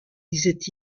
disait